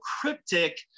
cryptic